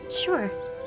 Sure